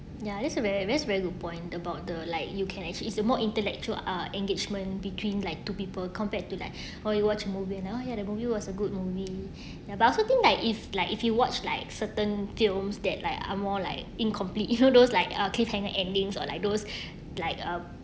ya that's a very very good point about the like you can actually is a more intellectual uh engagement between like two people compared to like or you watch movie you you yeah the movie was a good movie about but also thing like if like if you watch like certain films that like are more like incomplete if you those like a cliffhanger endings or like those like uh